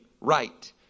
right